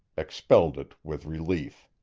expelled it with relief.